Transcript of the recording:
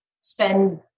spend